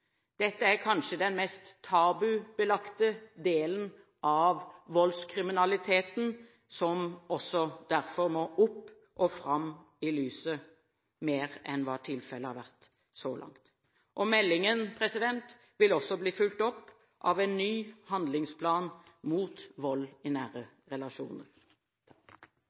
Dette er kanskje den mest tabubelagte delen av voldskriminaliteten som derfor må mer opp og fram i lyset enn hva tilfellet har vært så langt. Meldingen vil også bli fulgt opp av en ny handlingsplan mot vold i nære relasjoner.